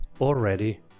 already